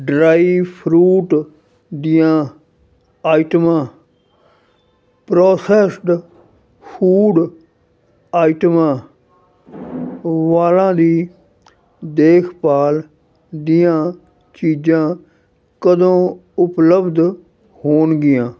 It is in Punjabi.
ਡਰਾਈ ਫਰੂਟ ਦੀਆਂ ਆਈਟਮਾਂ ਪ੍ਰੋਸੈਸਡ ਫੂਡ ਆਈਟਮਾਂ ਵਾਲਾਂ ਦੀ ਦੇਖਭਾਲ ਦੀਆਂ ਚੀਜ਼ਾਂ ਕਦੋਂ ਉਪਲੱਬਧ ਹੋਣਗੀਆਂ